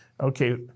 okay